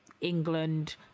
England